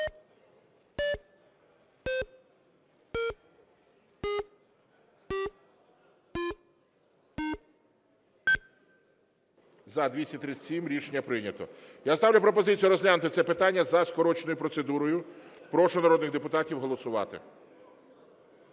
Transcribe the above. За-237 Рішення прийнято. Я ставлю пропозицію розглянути це питання за скороченою процедурою. Прошу народних депутатів голосувати.